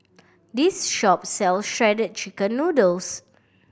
this shop sells Shredded Chicken Noodles